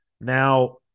Now